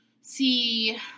see